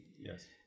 yes